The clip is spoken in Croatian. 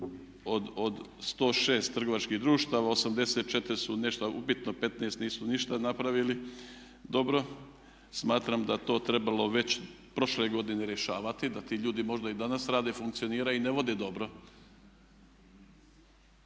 od 106 trgovačkih društava 84 su nešto upitno, 15 nisu ništa napravili dobro. Smatram da je to trebalo već prošle godine rješavati da ti ljudi možda i danas rade i funkcioniraju i ne vode dobro.